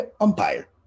umpire